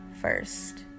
first